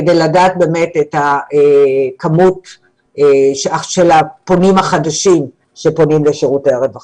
כדי לדעת את מספר הפונים החדשים שפונים לשירותי הרווחה.